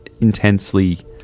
intensely